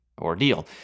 ordeal